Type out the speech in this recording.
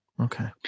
Okay